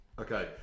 Okay